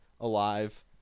alive